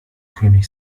könig